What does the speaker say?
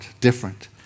different